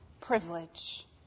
privilege